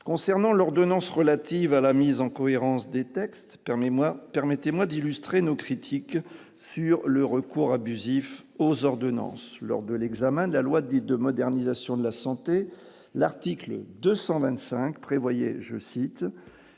concernant l'ordonnance relative à la mise en cohérence des textes comme les mois permettez-moi d'illustrer nos critiques sur le recours abusif aux ordonnances lors de l'examen de la loi dite de modernisation de la santé, l'article 225 prévoyez, je cite,